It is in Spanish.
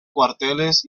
cuarteles